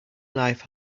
life